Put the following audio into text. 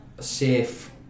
safe